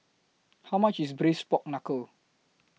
How much IS Braised Pork Knuckle